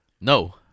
No